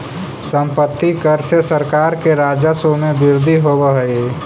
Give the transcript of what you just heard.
सम्पत्ति कर से सरकार के राजस्व में वृद्धि होवऽ हई